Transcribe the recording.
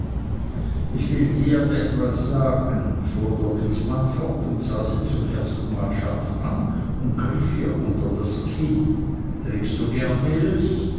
ich will dir was sagen fuhr der milchmann fort und sah sie zum ersten mal scharf an und griff ihr unter das kinn trinkst du gern milch